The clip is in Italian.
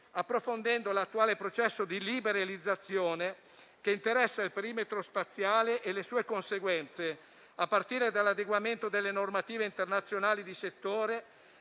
approfondendo l'attuale processo di liberalizzazione che interessa il perimetro spaziale e le sue conseguenze, a partire dall'adeguamento delle normative internazionali di settore